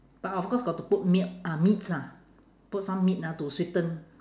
but of course got to put milk ah meats ah put some meat ah to sweeten